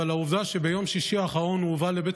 אבל עובדה היא שביום שישי האחרון הוא הובא לבית